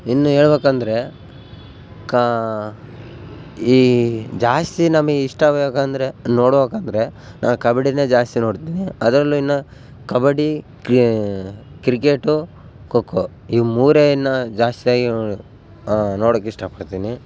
ಇನ್ನು ಹೇಳ್ಬೇಕಂದ್ರೆ ಕಾ ಈ ಜಾಸ್ತಿ ನಮ್ಗೆ ಇಷ್ಟ ಆಗಬೇಕಂದ್ರೆ ನೋಡೋಕೆ ಅಂದರೆ ನಾವು ಕಬಡ್ಡಿ ಜಾಸ್ತಿ ನೋಡ್ತಿನಿ ಅದರಲ್ಲು ಇನ್ನು ಕಬಡ್ಡಿ ಕ್ರಿಕೇಟು ಖೋ ಖೋ ಇವು ಮೂರು ಇನ್ನು ಜಾಸ್ತಿಯಾಗಿ ನೋಡೋದ್ ನೋಡೋಕ್ ಇಷ್ಟಪಡ್ತಿನಿ